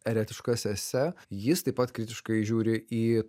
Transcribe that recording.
eretiškas esė jis taip pat kritiškai žiūri į